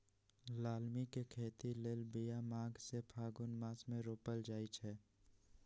लालमि के खेती लेल बिया माघ से फ़ागुन मास मे रोपल जाइ छै